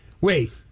wait